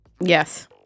Yes